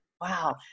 Wow